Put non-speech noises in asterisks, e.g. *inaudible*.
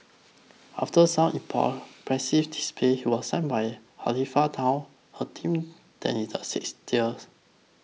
after some *unintelligible* pressive display you are signed by Halifax town a team then in the sixth tiers